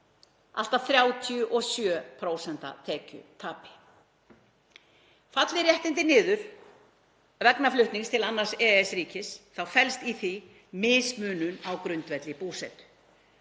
allt að 37% tekjutapi. — „Falli réttindin niður vegna flutnings til annars EES-ríkis felst í því mismunun á grundvelli búsetu.“